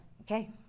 okay